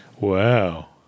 Wow